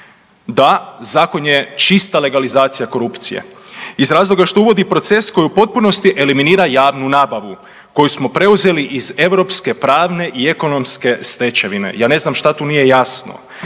Da, zakon je čista legaliz6acije korupcije iz razloga što uvodi proces koji u potpunosti eliminira javnu nabavu koju smo preuzeli iz europske pravne i ekonomske stečevine. Ja ne znam šta tu nije jasno?